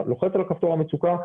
אתה לוחץ על הכפתור המצוקה,